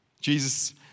Jesus